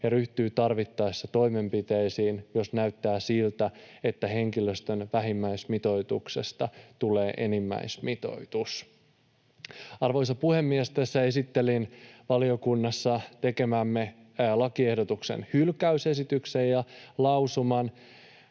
ja ryhtyy tarvittaessa toimenpiteisiin, jos näyttää siltä, että henkilöstön vähimmäismitoituksesta tulee enimmäismitoitus.” Arvoisa puhemies! Tässä esittelin valiokunnassa tekemämme lakiehdotuksen hyl-käysesityksen ja lausuman.